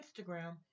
Instagram